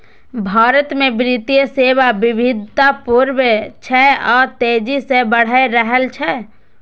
भारत मे वित्तीय सेवा विविधतापूर्ण छै आ तेजी सं बढ़ि रहल छै